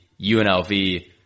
UNLV